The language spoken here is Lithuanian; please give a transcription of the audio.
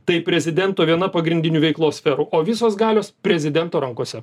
tai prezidento viena pagrindinių veiklos sferų o visos galios prezidento rankose